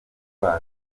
wacu